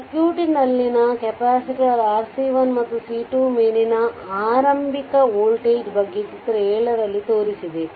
ಸರ್ಕ್ಯೂಟ್ನಲ್ಲಿನ ಕೆಪಾಸಿಟರ್ RC1ಮತ್ತು C2 ಮೇಲಿನ ಆರಂಭಿಕ ವೋಲ್ಟೇಜ್ ಬಗ್ಗೆ ಚಿತ್ರ 7ರಲ್ಲಿ ತೋರಿಸಿದೆ